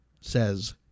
says